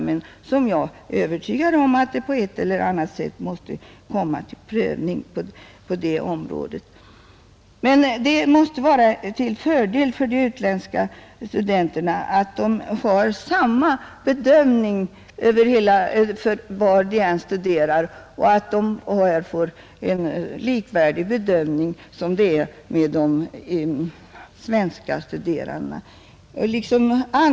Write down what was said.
Men jag är övertygad om att det på ett eller annat sätt måste bli en prövning på detta område, Beträffande handläggningen måste det vara till fördel för de utländska studenterna att de blir föremål för samma bedömning var de än studerar och att de får en bedömning som är likvärdig med de svenska studerandenas.